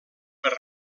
per